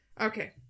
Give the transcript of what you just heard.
Okay